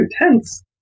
intense